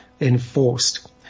enforced